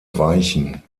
weichen